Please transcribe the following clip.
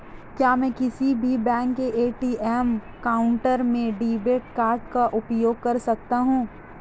क्या मैं किसी भी बैंक के ए.टी.एम काउंटर में डेबिट कार्ड का उपयोग कर सकता हूं?